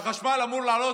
החשמל אמור לעלות